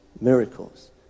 miracles